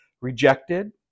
rejected